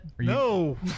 No